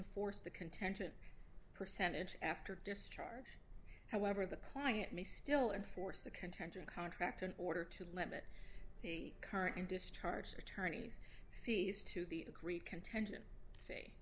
enforce the contention percentage after discharge however the client may still enforce the contention contract in order to limit the current and discharge attorney's fees to the agreed contention